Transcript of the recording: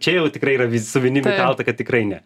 čia jau tikrai yra vis su vinim įkalta kad tikrai ne